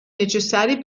necessari